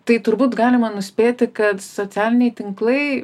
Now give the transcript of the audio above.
tai turbūt galima nuspėti kad socialiniai tinklai